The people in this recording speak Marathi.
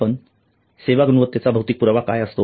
आपण सेवा गुणवत्तेचा भौतिक पुरावा काय असतो